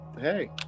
hey